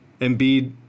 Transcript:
Embiid